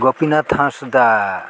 Gopinath Hansda